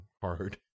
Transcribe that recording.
hard